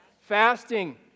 Fasting